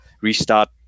restart